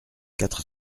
quatre